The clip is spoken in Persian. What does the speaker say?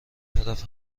طرف